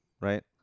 right